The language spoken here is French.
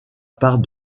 part